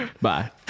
Bye